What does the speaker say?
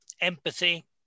empathy